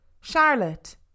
charlotte